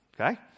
okay